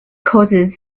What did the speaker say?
causes